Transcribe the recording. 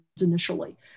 initially